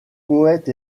poètes